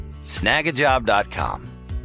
Snagajob.com